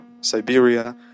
Siberia